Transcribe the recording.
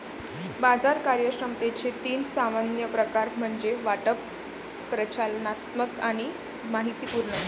बाजार कार्यक्षमतेचे तीन सामान्य प्रकार म्हणजे वाटप, प्रचालनात्मक आणि माहितीपूर्ण